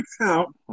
out